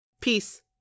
peace